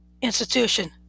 Institution